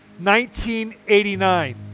1989